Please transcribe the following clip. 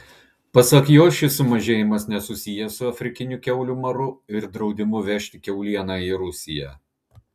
pasak jo šis sumažėjimas nesusijęs su afrikiniu kiaulių maru ir draudimu vežti kiaulieną į rusiją